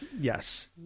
Yes